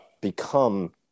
become